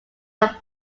are